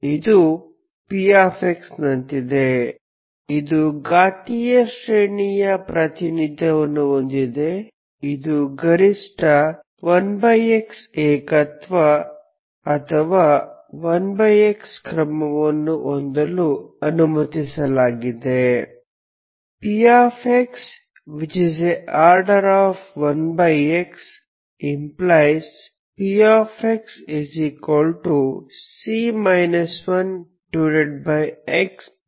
ಇದು p ನಂತಿದೆ ಇದು ಘಾತೀಯ ಶ್ರೇಣಿಯ ಪ್ರಾತಿನಿಧ್ಯವನ್ನು ಹೊಂದಿದೆ ಇದು ಗರಿಷ್ಠ 1x ಏಕತ್ವ ಅಥವಾ 1x ಕ್ರಮವನ್ನು ಹೊಂದಲು ಅನುಮತಿಸಲಾಗಿದೆ